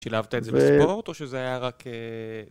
שילבת את זה לספורט, או שזה היה רק...